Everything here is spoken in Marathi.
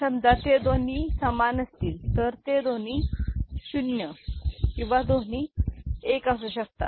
समजा ते दोन्ही समान असतील तर ते दोन्ही शून्य किंवा दोन्ही एक असू शकतात